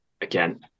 again